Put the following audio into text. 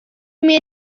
mir